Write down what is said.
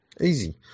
Easy